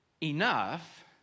enough